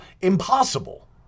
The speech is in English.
impossible